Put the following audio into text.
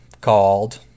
called